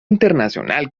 internacional